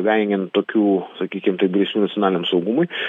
vengiant tokių sakykim taip grėsmių nacionaliniam saugumui